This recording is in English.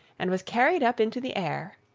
and was carried up into the air.